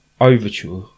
overture